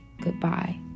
goodbye